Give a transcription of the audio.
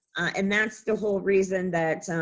and that's the whole reason that